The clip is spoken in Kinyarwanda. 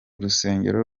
rusengero